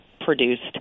produced